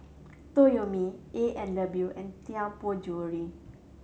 Toyomi A and W and Tianpo Jewellery